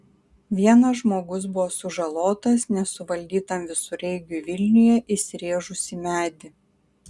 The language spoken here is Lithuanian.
vienas žmogus buvo sužalotas nesuvaldytam visureigiui vilniuje įsirėžus į medį